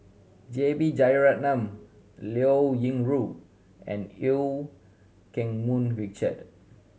J B Jeyaretnam Liao Yingru and Eu Keng Mun Richard